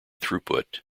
throughput